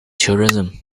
tourism